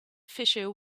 fissure